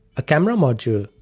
a camera module,